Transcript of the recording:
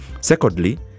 secondly